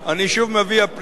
אני שוב מביע פליאה,